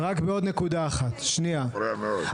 זאת אומרת אתה נפגעת פוסט טראומה,